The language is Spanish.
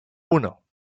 uno